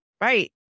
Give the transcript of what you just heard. Right